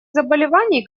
заболеваний